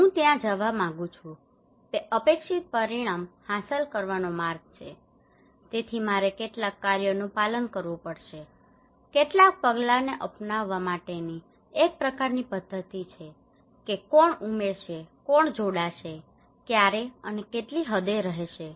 હું ત્યાં જવા માંગુ છું તે અપેક્ષિત પરિણામ હાંસલ કરવાનો આ માર્ગ છે તેથી મારે કેટલાક કાર્યોનું પાલન કરવું પડશે કેટલાક પગલાને અપનાવવા માટેની એક પ્રકારની પદ્ધતિ છે કે કોણ ઉમેરશે કોણ જોડાશે ક્યારે અને કેટલી હદે રહેશે